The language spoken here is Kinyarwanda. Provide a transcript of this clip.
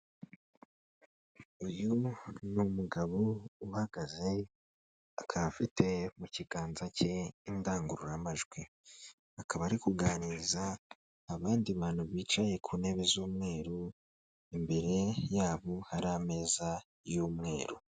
Uyu ni umugabo uhagaze akaba afite mu kiganza cye indangururamajwi, akaba ari kuganiriza abandi bantu bicaye ku ntebe z'umweru, imbere yabo hari ameza y'umweru.